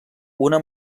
una